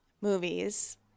movies